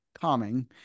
calming